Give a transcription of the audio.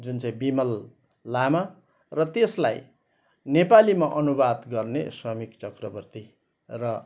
जुन चाहिँ बिमल लामा र त्यसलाई नेपालीमा अनुवाद गर्ने समिक चक्रवर्ती र